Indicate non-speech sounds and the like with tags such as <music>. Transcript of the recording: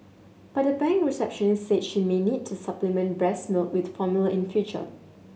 but the bank receptionist said she may need to supplement breast <unintelligible> with formula in future